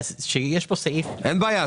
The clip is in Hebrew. שיש פה סעיף --- אין בעיה,